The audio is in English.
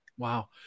Wow